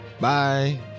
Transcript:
Bye